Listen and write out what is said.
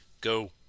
go